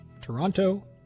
Toronto